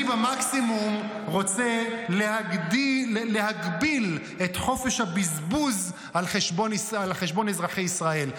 אני במקסימום רוצה להגביל את חופש הבזבוז על חשבון אזרחי ישראל.